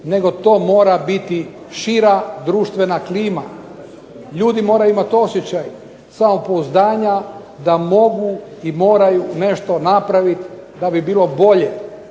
nego to mora biti šira društvena klima, ljudi moraju imat osjećaj samopouzdanja da mogu i moraju nešto napravit da bi bilo bolje.